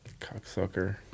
Cocksucker